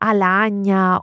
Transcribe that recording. Alagna